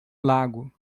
lago